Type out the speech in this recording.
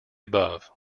above